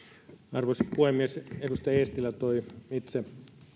arvoisa puhemies edustaja eestilä toi esiin itse